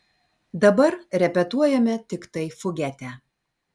dabar repetuojame tiktai fugetę